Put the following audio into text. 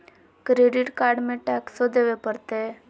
Credit card में टेक्सो देवे परते?